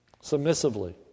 Submissively